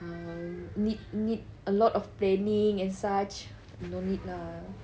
err need need a lot of planning and such no need lah